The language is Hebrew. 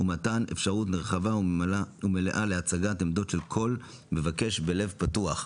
ומתן אפשרות רחבה ומלאה של הצגת עמדות של כל מבקש בלב פתוח.